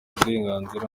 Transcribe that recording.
uburenganzira